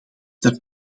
ter